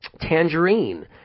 Tangerine